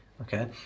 Okay